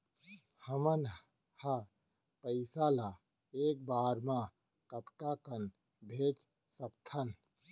हमन ह पइसा ला एक बार मा कतका कन भेज सकथन?